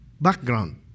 Background